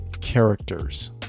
characters